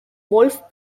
wolff